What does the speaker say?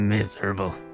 Miserable